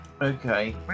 Okay